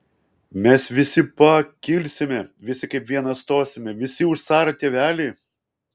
mes visi pa kilsime visi kaip vienas stosime visi už carą tėvelį